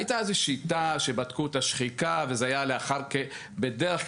הייתה איזו שיטה שבה נתנו את התמורה על השחיקה וזה היה לאחר כ-10 שנים,